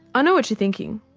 i know what you're thinking,